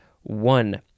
one